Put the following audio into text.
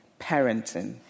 parenting